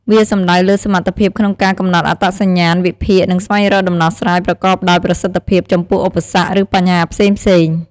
វាសំដៅលើសមត្ថភាពក្នុងការ កំណត់អត្តសញ្ញាណ វិភាគ និងស្វែងរកដំណោះស្រាយប្រកបដោយប្រសិទ្ធភាព ចំពោះឧបសគ្គ ឬបញ្ហាផ្សេងៗ។